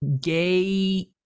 gay